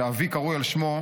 שאבי קרוי על שמו,